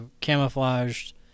camouflaged